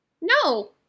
No